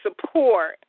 support